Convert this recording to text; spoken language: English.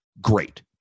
Great